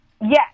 Yes